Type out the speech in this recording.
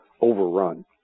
overrun